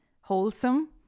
Wholesome